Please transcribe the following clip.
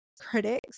critics